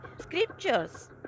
scriptures